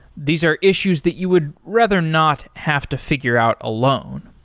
these are issues that you would rather not have to figure out alone.